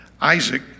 Isaac